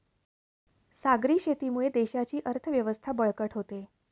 सागरी शेतीमुळे देशाची अर्थव्यवस्था बळकट होते